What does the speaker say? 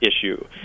issue